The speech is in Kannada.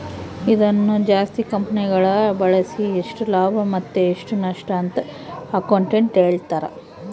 ಇದನ್ನು ಜಾಸ್ತಿ ಕಂಪೆನಿಗಳಗ ಬಳಸಿ ಎಷ್ಟು ಲಾಭ ಮತ್ತೆ ಎಷ್ಟು ನಷ್ಟಅಂತ ಅಕೌಂಟೆಟ್ಟ್ ಹೇಳ್ತಾರ